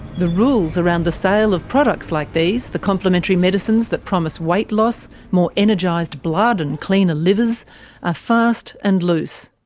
the rules around the sale of products like these the complimentary medicines that promise weight loss, more energised blood and cleaner livers are fast and loose.